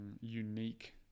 unique